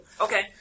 Okay